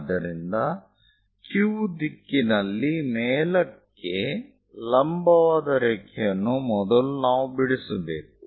ಆದ್ದರಿಂದ Q ದಿಕ್ಕಿನಲ್ಲಿ ಮೇಲಕ್ಕೆ ಲಂಬವಾದ ರೇಖೆಯನ್ನು ಮೊದಲು ನಾವು ಬಿಡಿಸಬೇಕು